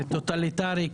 טוטליטרי,